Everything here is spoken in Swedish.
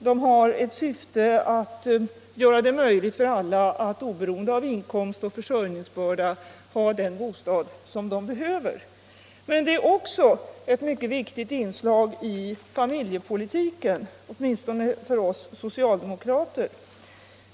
Det har det syftet att göra det möjligt för alla att oberoende av inkomst och försörjningsbörda ha den bostad de behöver. Men det är också ett mycket viktigt inslag i familjepolitiken — åtminstone för oss socialdemokrater.